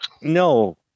no